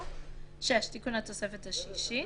3. תיקון התוספת השלישית.